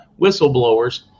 whistleblowers